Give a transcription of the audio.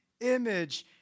image